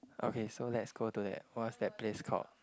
okay so let's go to that what's that place called